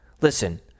Listen